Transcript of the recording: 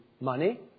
money